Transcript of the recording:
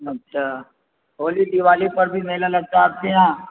اچھا ہولی دیوالی پر بھی میلہ لگتا ہے آپ کے یہاں